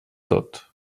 tot